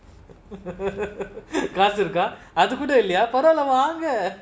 glasses guard adequate to lian father lah leh